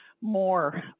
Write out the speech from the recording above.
more